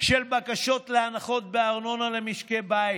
של בקשות להנחות בארנונה למשקי בית.